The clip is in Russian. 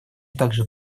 также